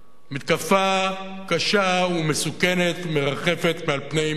מתקפה קשה ומסוכנת מרחפת מעל פני מדינת